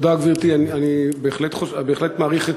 תודה, גברתי, אני בהחלט מעריך את,